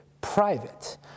private